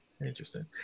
interesting